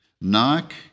Knock